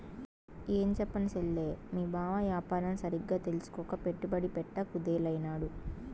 ఏంచెప్పను సెల్లే, మీ బావ ఆ యాపారం సరిగ్గా తెల్సుకోక పెట్టుబడి పెట్ట కుదేలైనాడు